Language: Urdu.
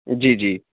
جی جی